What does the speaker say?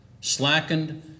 slackened